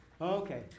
Okay